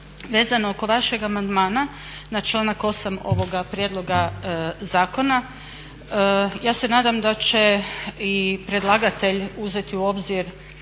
vezano oko vašeg amandmana na članak 8. ovoga prijedloga zakona, ja se nadam da će i predlagatelj uzeti u obzir